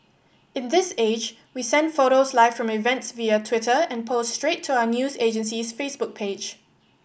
in this age we send photos live from events via Twitter and post straight to our news agency's Facebook page